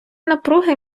напруги